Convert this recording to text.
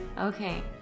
Okay